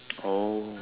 oh